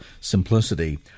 simplicity